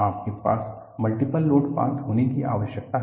आपके पास multiple load path होने की आवश्यकता है